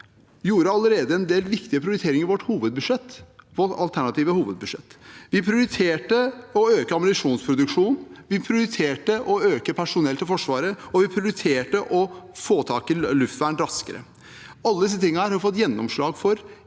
Høyre gjorde en del viktige prioriteringer allerede i vårt alternative hovedbudsjett. Vi prioriterte å øke ammunisjonsproduksjonen, vi prioriterte å øke personell til Forsvaret, og vi prioriterte å få tak i luftvern raskere. Alle disse tingene har vi fått gjennomslag for